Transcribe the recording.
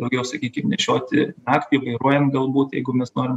daugiau sakykim nešioti naktį vairuojant galbūt jeigu mes norim